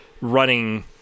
running